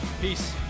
peace